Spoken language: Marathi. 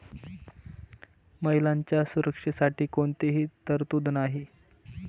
महिलांच्या सुरक्षेसाठी कोणतीही तरतूद नाही